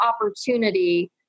opportunity